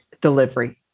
delivery